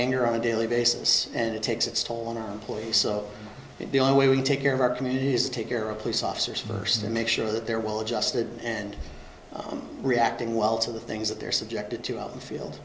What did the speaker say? anger on a daily basis and it takes its toll on our employees so the only way we can take care of our communities take care of police officers first and make sure that they're well adjusted and reacting well to the things that they're subjected to out in the field